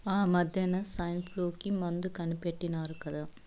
ఆమద్దెన సైన్ఫ్లూ కి మందు కనిపెట్టినారు కదా